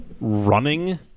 running